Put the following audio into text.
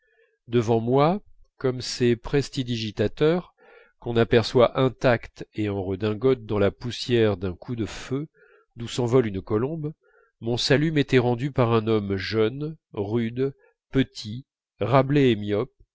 devant moi comme ces prestidigitateurs qu'on aperçoit intacts et en redingote dans la poussière d'un coup de feu d'où s'envole une colombe mon salut m'était rendu par un homme jeune rude petit râblé et myope